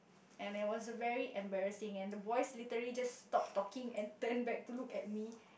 and there was very a embarrassing and the boys literally just stopped talking and turned back to look at me